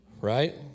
right